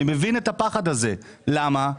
אני מבין את הפחד הזה, למה?